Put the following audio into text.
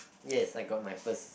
yes I got my first